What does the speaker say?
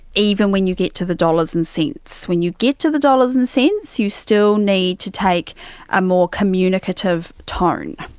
even when you get to the dollars and cents. when you get to the dollars and cents you still need to take a more communicative tone.